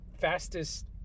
Fastest